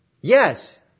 Yes